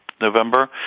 November